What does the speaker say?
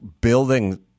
building